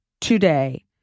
today